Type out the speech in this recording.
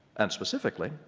and specifically,